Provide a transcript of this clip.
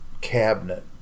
cabinet